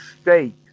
state